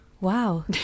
Wow